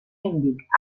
índic